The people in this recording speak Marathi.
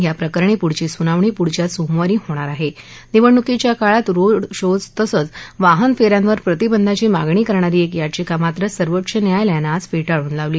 या प्रकरणी पुढची सुनावणी पुढच्या सोमवारी होणार आह निवडणुकीच्या काळात रोड शोज तसंच वाहन फ्रिांवर प्रतिबंधाची मागणी करणारी एक याचिका मात्र सर्वोच्च न्यायालयानं आज फ्टिळून लावली